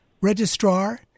Registrar